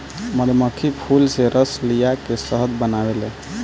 मधुमक्खी फूल से रस लिया के शहद बनावेले